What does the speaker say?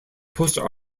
poster